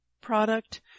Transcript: product